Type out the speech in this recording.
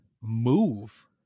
move